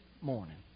morning